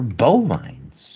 bovines